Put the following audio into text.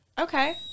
Okay